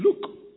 Look